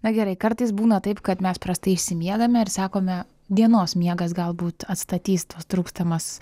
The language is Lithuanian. na gerai kartais būna taip kad mes prastai išsimiegame ir sakome dienos miegas galbūt atstatys tuos trūkstamas